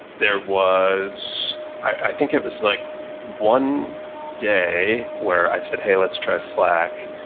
there was i think it was like one day where i said, hey, let's try slack.